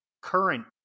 current